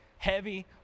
Heavy